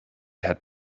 had